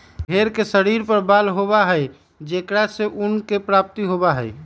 भेंड़ के शरीर पर बाल होबा हई जेकरा से ऊन के प्राप्ति होबा हई